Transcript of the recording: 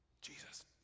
Jesus